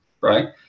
right